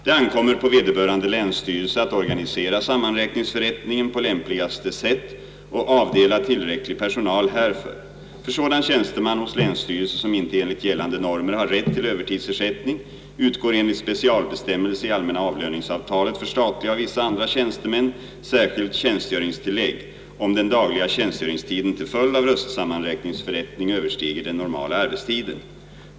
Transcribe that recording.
Det ankommer på vederbörande länsstyrelse att organisera sammanräkningsförrättningen på lämpligaste sätt och avdela tillräcklig personal härför. För sådan tjänsteman hos länsstyrelse, som inte enligt gällande normer har rätt till övertidsersättning, utgår enligt specialbestämmelse i allmänna avlöningsavtalet för statliga och vissa andra tjänstemän särskilt tjänstgöringstillägg, om hans dagliga tjänstgöringstid till följd av röstsammanräkningsförrättning överstiger den normala arbetstiden.